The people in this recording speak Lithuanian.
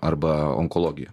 arba onkologiją